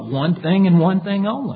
one thing and one thing all